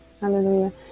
Hallelujah